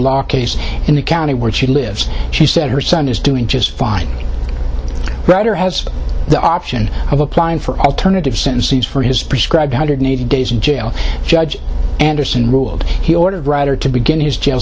law case in the county where she lives she said her son is doing just fine writer has the option of applying for alternative sentences for his prescribed hundred eighty days in jail judge anderson ruled he ordered rather to begin his jail